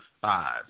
five